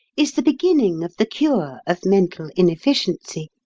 is the beginning of the cure of mental inefficiency.